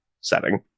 setting